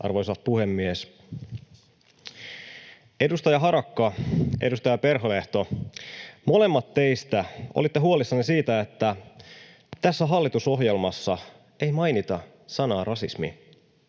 Arvoisa puhemies! Edustaja Harakka, edustaja Perholehto, molemmat olitte huolissanne siitä, että tässä hallitusohjelmassa ei mainita sanaa ”rasismi”.